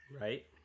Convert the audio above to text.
Right